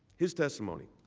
his testimony.